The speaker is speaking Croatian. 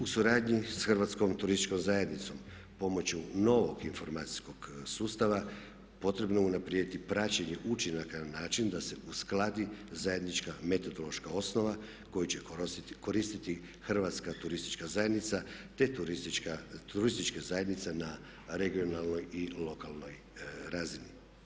U suradnji sa Hrvatskom turističkom zajednicom pomoću novog informacijskog sustava potrebno je unaprijediti praćenje učinaka na način da se uskladi zajednička metodološka osnova koju će koristiti Hrvatska turistička zajednica te turistička zajednica na regionalnoj i lokalnoj razini.